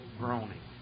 groaning